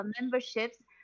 memberships